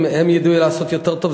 אם הם ידעו לעשות יותר טוב,